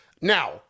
Now